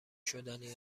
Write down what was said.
شدنی